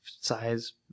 size